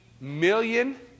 million